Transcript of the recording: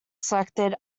selected